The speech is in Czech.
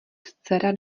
dcera